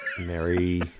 Mary